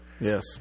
Yes